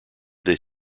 that